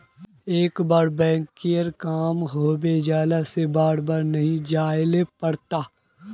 एक बार बैंक के काम होबे जाला से बार बार नहीं जाइले पड़ता?